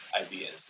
ideas